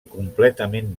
completament